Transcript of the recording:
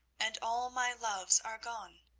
and all my loves are gone.